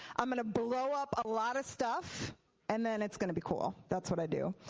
i'm going to blow up a lot of stuff and then it's going to be cool. that's what i do.